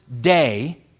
day